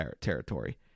territory